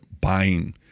buying